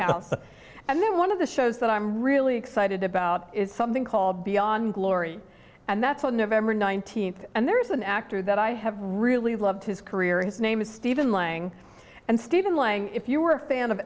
house and then one of the shows that i'm really excited about is something called beyond glory and that's on november nineteenth and there is an actor that i have really loved his career his name is steven lang and steven lang if you were a fan of